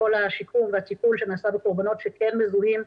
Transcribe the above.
כל השיקום והטיפול שנעשה בקורבנות שכן מזוהים,